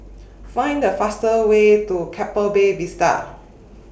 Find The fastest Way to Keppel Bay Vista